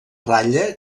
ratlla